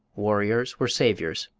warriors were saviours.